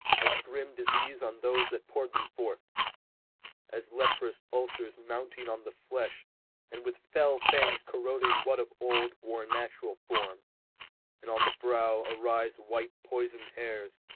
as grim disease on those that poured them forth as leprous ulcers mounting on the flesh and with fell fangs corroding what of old wore natural form and on the brow arise white poisoned hairs,